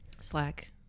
Slack